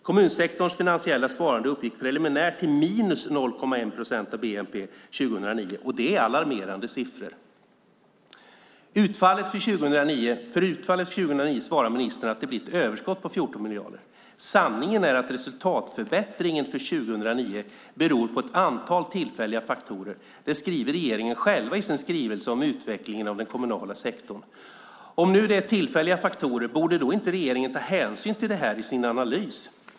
Kommunsektorns finansiella sparande uppgick preliminärt till minus 0,1 procent av bnp 2009, och det är alarmerande siffror. När det gäller utfallet för 2009 svarar ministern att det blir ett överskott på 14 miljarder. Sanningen är att resultatförbättringen för 2009 beror på ett antal tillfälliga faktorer. Det skriver regeringen själv i sin skrivelse om utvecklingen av den kommunala sektorn. Om det nu är tillfälliga faktorer, borde då inte regeringen ta hänsyn till det i sin analys?